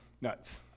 Nuts